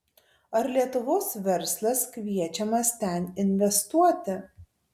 ar lietuvos verslas kviečiamas ten investuoti